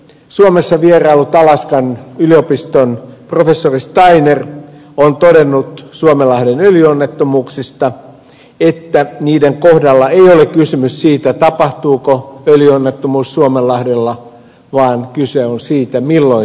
suomessa vieraillut alaskan yliopiston professori steiner on todennut suomenlahden öljyonnettomuuksista että niiden kohdalla ei ole kysymys siitä tapahtuuko öljyonnettomuus suomenlahdella vaan kyse on siitä milloin se tapahtuu